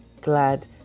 glad